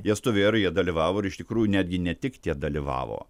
jie stovėjo ir jie dalyvavo ir iš tikrųjų netgi ne tik tie dalyvavo